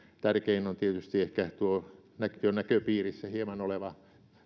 tärkein on tietysti tuo hieman jo näköpiirissä oleva